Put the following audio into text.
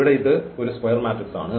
ഇവിടെ ഇത് ഒരു സ്ക്വയർ മാട്രിക്സ് ആണ്